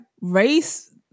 race